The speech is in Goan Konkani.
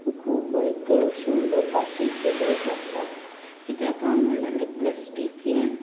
खूब एक अशें उलोवपाची गरज आसा कित्याक काय म्हणल्यार प्लासटीक हें